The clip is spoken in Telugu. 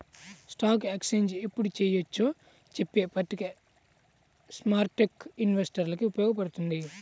స్టాక్ ఎక్స్చేంజ్ ఎప్పుడు చెయ్యొచ్చో చెప్పే పట్టిక స్మార్కెట్టు ఇన్వెస్టర్లకి ఉపయోగపడుతుంది